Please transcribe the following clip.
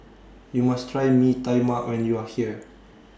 YOU must Try Mee Tai Mak when YOU Are here